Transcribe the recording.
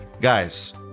Guys